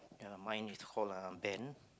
ya mine is called err Ben